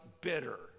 bitter